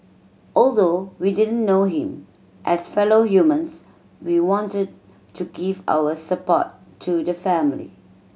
although we didn't know him as fellow humans we wanted to give our support to the family